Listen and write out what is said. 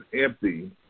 empty